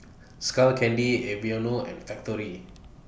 Skull Candy Aveeno and Factorie